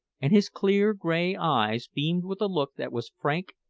and his clear grey eyes beamed with a look that was frank,